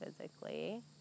physically